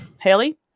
Haley